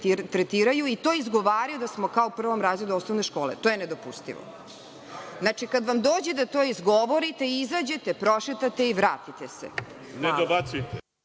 i to izgovaraju, da smo kao u prvom razredu osnovne škole. To je nedopustivo. Znači, kada vam dođe to da izgovorite, izađete, prošetate i vratite se.